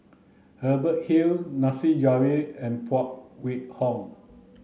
Hubert Hill Nasir Jalil and Phan Wait Hong